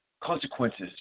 consequences